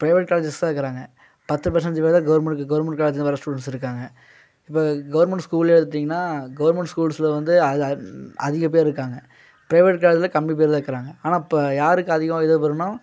private colleges தான் இருக்கிறாங்க பத்து பெர்சண்டேஜ் பேர் தான் கவுர்மெண்ட்டுக்கு கவுர்மெண்ட் காலேஜ் வர ஸ்டூடண்ட்ஸ் இருக்காங்க இப்போ கவுர்மெண்ட் ஸ்கூலே எடுத்தீங்கன்னா கவுர்மெண்ட் ஸ்கூல்ஸில் வந்து அதிக பேர் இருக்காங்க ப்ரைவேட் காலேஜில் கம்மி பேர்தான் இருக்கிறாங்க ஆனால் இப்போ யாருக்கு அதிகம் இதுவாக போயிரும்னா